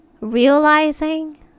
realizing